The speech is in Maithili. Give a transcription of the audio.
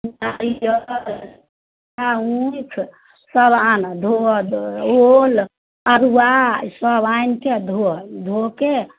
नारियल आओर उखसब आनऽ धोअऽ ओहो लऽ अल्हुआसब आनिकऽ धोअऽ धोकऽ